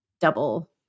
double